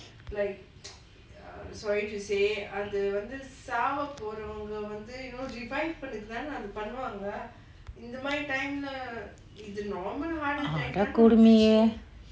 அதைகொடுமையே:ataikotumaiye